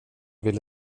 ville